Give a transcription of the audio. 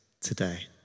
today